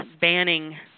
banning